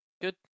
Good